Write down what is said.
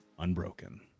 Unbroken